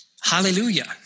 Hallelujah